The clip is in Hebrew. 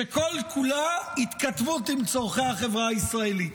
שכל-כולה התכתבות עם צורכי החברה הישראלית.